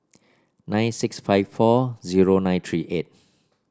nine six five four zero nine three eight